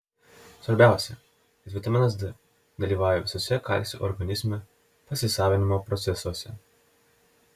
svarbiausia kad vitaminas d dalyvauja visuose kalcio organizme pasisavinimo procesuose